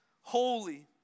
holy